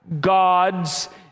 God's